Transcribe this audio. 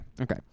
okay